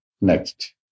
Next